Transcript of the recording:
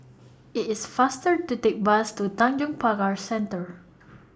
IT IS faster to Take Bus to Tanjong Pagar Centre